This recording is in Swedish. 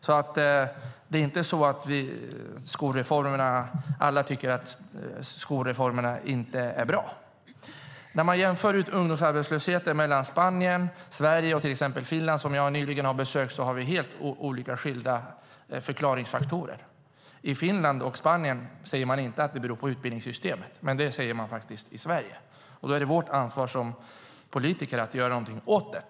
Det är alltså inte så att alla tycker att skolreformerna inte är bra. I Spanien, Sverige och Finland, som jag nyligen har besökt, har man helt skilda förklaringsfaktorer till ungdomsarbetslösheten. I Finland och Spanien säger man inte att den beror på utbildningssystemet, men det säger man i Sverige. Då är det vårt ansvar som politiker att göra något åt det.